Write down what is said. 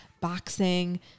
boxing